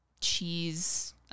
cheese